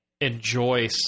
enjoy